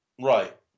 right